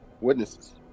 witnesses